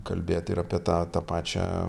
kalbėt ir apie tą tą pačią